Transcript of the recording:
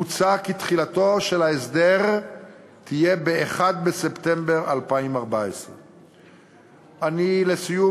מוצע כי תחילתו של ההסדר תהיה ב-1 בספטמבר 2014. לסיום,